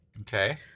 Okay